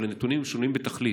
אבל הנתונים שונים בתכלית.